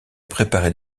préparer